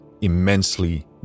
immensely